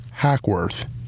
Hackworth